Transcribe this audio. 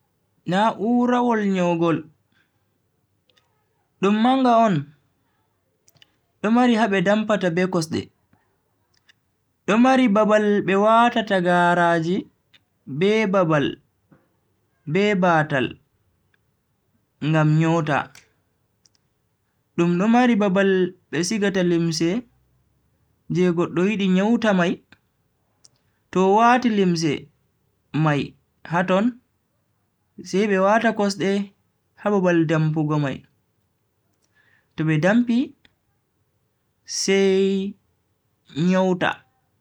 Na'urawol nyowgol dum manga on do mari ha be dampata be kosde, do mari babal be watata garaaji be babai, be batal ngam nyowta, dum do mari babal be sigata limse je goddo yidi nyowta mai, to o wati limse mai haton sai be wata kosde ha babal dampugo mai to be dampi sai nyowta.